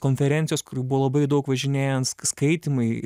konferencijos kurių buvo labai daug važinėjant skaitymai